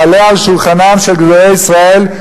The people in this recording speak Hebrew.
תעלה על שולחנם של גדולי ישראל,